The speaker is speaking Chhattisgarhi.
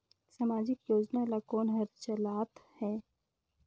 समाजिक योजना ला कोन हर चलाथ हे?